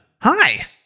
Hi